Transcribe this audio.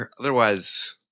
otherwise